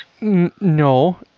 No